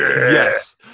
Yes